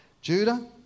Judah